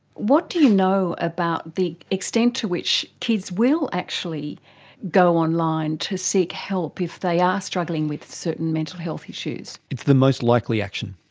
what do you know about the extent to which kids will actually go online to seek help if they are struggling with certain mental health issues? it's the most likely action.